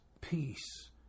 peace